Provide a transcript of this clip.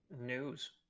News